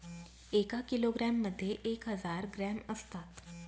एका किलोग्रॅम मध्ये एक हजार ग्रॅम असतात